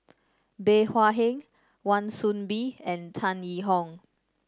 Bey Hua Heng Wan Soon Bee and Tan Yee Hong